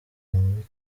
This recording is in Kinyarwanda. muri